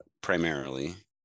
primarily